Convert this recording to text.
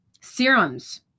Serums